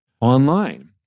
online